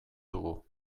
dugu